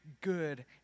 good